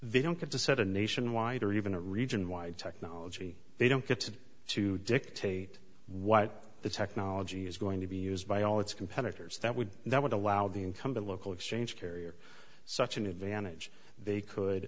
they don't get to set a nationwide or even a region wide technology they don't get to dictate what the technology is going to be used by all its competitors that would that would allow the incumbent local exchange carriers such an advantage they could